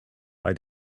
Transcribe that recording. bei